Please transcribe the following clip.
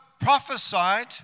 prophesied